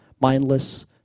Mindless